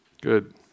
Good